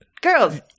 Girls